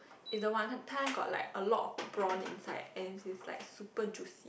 is the wanton got like a lot of prawn inside and it's like super juicy